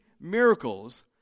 miracles